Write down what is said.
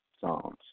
songs